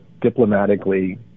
diplomatically